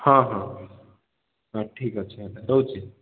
ହଁ ହଁ ହ ଠିକ୍ ଅଛି ହେଲେ ରହୁଛି